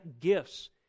gifts